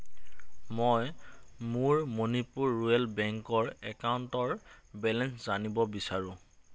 মই মোৰ মণিপুৰ ৰুৰেল বেংকৰ একাউণ্টৰ বেলেঞ্চ জানিব বিচাৰোঁ